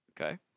Okay